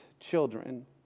children